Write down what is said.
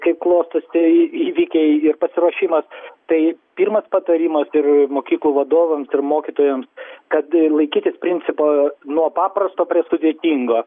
kaip klostosi įvykiai ir pasiruošimas tai pirmas patarimas ir mokyklų vadovams ir mokytojams kad laikytis principo nuo paprasto prie sudėtingo